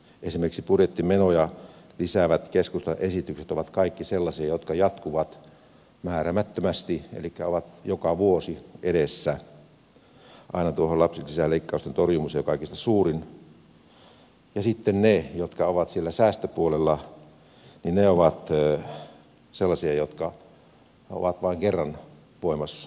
esimerkiksi budjettimenoja lisäävät keskustan esitykset ovat kaikki sellaisia jotka jatkuvat määräämättömästi elikkä ovat joka vuosi edessä aina tuohon lapsilisäleikkausten torjumiseen joka on kaikista suurin ja sitten ne jotka ovat siellä säästöpuolella ovat sellaisia jotka ovat vain kerran voimassa